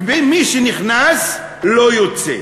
ומי שנכנס לא יוצא.